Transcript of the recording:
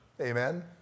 amen